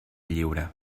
lliure